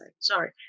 sorry